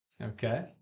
Okay